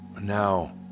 Now